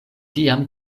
tiam